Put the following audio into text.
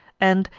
and,